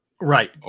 Right